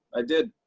i did.